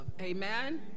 Amen